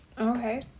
Okay